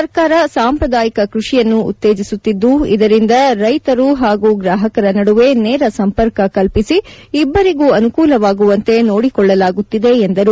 ಸರ್ಕಾರ ಸಾಂಪ್ರದಾಯಿಕ ಕ್ಪಡಿಯನ್ನು ಉತ್ತೇಜಿಸುತ್ತಿದ್ದು ಇದರಿಂದ ರೈತರು ಹಾಗ ಗ್ರಾಹಕರ ನಡುವೆ ನೇರ ಸಂಪರ್ಕ ಕಲ್ಪಿಸಿ ಇಬ್ಬರಿಗೂ ಅನುಕೂಲವಾಗುವಂತೆ ನೋಡಿಕೊಳ್ಳಲಾಗುತ್ತಿದೆ ಎಂದರು